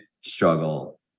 struggle